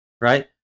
right